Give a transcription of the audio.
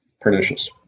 pernicious